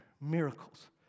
miracles